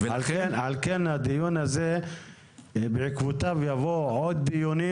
לפיכך בעקבות הדיון הזה יבואו עוד דיונים,